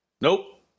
Nope